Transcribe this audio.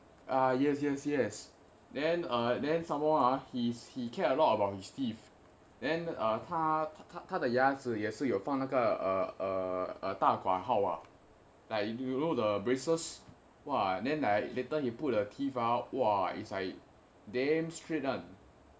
ah yes yes yes then uh then some more ah he's he care a lot about his teeth then 他他他他的牙子也是有放那个大挂号啊 like you know the braces !wah! then like later you put the teeth out !wah! its damn straight [one]